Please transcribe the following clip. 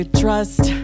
trust